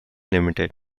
limited